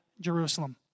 Jerusalem